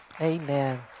Amen